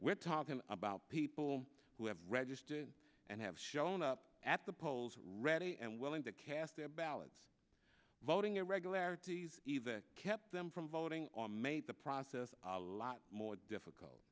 we're talking about people who have registered and have shown up at the polls ready and willing to cast their ballots voting irregularities either kept them from voting or made the process a lot more difficult